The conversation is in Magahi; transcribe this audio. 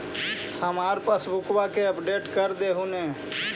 हमार पासबुकवा के अपडेट कर देहु ने?